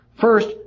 First